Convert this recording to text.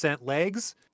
legs